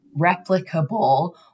replicable